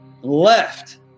left